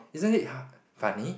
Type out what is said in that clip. isn't it ha funny